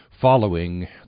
following